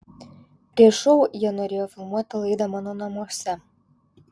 prieš šou jie norėjo filmuoti laidą mano namuose